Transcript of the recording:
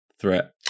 threat